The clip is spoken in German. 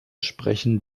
sprechen